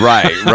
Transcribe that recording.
Right